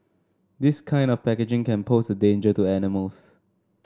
this kind of packaging can pose a danger to animals